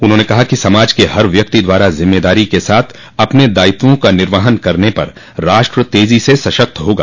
उन्होंने कहा कि समाज के हर व्यक्ति द्वारा जिम्मेदारी के साथ अपने दायित्वों का निर्वहन करने पर राष्ट्र तेजी से सशक्त होगा